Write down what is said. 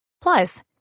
Plus